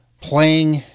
playing